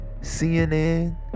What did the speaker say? CNN